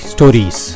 Stories